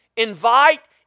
Invite